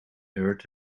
earth